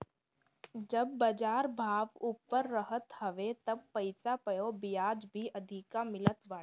जब बाजार भाव ऊपर रहत हवे तब पईसा पअ बियाज भी अधिका मिलत बाटे